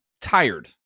tired